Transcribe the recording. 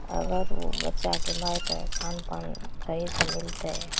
अगर ओ बच्चाके माइकेँ खानपान सहीसे मिलतै